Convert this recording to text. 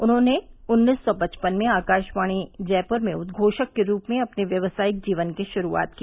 उन्होंने उन्नीस सौ पचपन में आकाशवाणी जयपुर में उद्घोषक के रूप में अपने व्यावसायिक जीवन की शुरूआत की